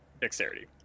Dexterity